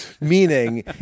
meaning